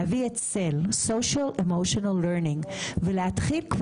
להביא את Social emotional learning (בתרגום חופשי-למידה